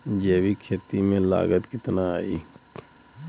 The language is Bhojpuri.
जैविक खेती में लागत कितना आई?